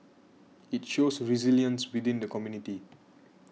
it shows resilience within the community